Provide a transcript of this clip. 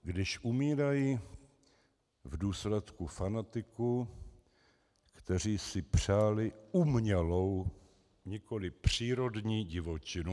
Když umírají v důsledku fanatiků, kteří si přáli umělou, nikoliv přírodní divočinu.